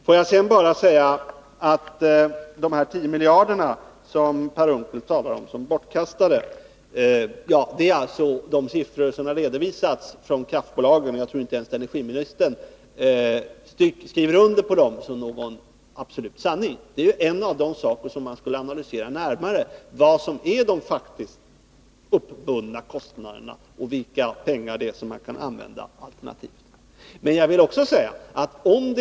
Får jag sedan bara säga: De 10 miljarder som Per Unckel talar om som bortkastade är den siffra som har redovisats från kraftbolagen, och jag tror inte ens att energiministern skriver under på att det är någon absolut sanning. Vad som är de faktiskt uppbundna kostnaderna och vilka pengar som kan användas alternativt är något av det mar skulle analysera närmare.